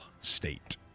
state